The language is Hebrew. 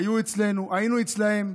היו אצלנו, היינו אצלם,